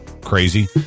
crazy